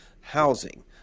Housing